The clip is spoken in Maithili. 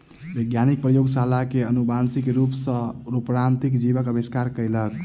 वैज्ञानिक प्रयोगशाला में अनुवांशिक रूप सॅ रूपांतरित जीवक आविष्कार कयलक